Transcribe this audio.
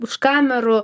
už kamerų